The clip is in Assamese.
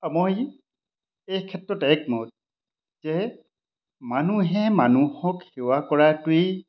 মই এই ক্ষেত্ৰত একমত যে মানুহে মানুহক সেৱা কৰাটোৱেই